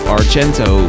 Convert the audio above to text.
Argento